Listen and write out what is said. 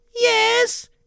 Yes